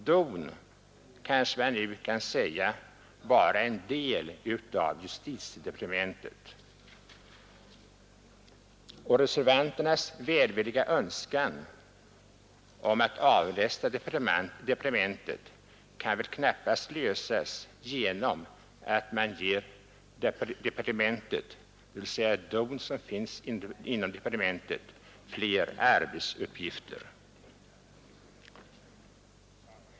DON kan väl nu sägas vara en del av justitiedepartementet, och reservanternas välvilliga önskan att avlasta departementet kan väl knappast tillgodoses genom att man ger DON, som alltså finns inom departementet, fler arbetsuppgifter.